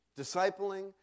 discipling